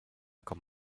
com